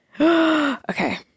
Okay